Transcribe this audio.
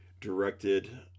directed